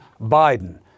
Biden